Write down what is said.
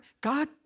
God